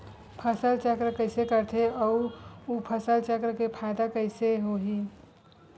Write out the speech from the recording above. फसल चक्र कइसे करथे उ फसल चक्र के फ़ायदा कइसे से होही?